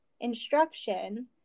instruction